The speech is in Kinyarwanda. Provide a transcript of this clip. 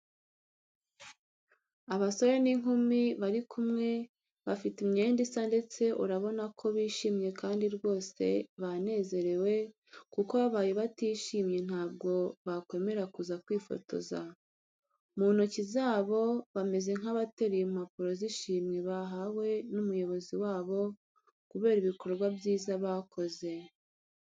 Abasore n'inkumi bari kumwe, bafite imyenda isa ndetse urabona ko bishimye kandi rwose banezerewe kuko babaye batishimye ntabwo bakwemera kuza kwifotoza. Mu ntoki zabo bameze nk'abateruye impapuro z'ishimwe bahawe n'umuyobozi wabo kubera ibikorwa byiza bakoze.